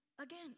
Again